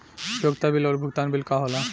उपयोगिता बिल और भुगतान बिल का होला?